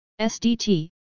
SDT